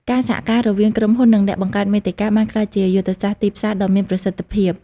ការសហការរវាងក្រុមហ៊ុន និងអ្នកបង្កើតមាតិកាបានក្លាយជាយុទ្ធសាស្ត្រទីផ្សារដ៏មានប្រសិទ្ធភាព។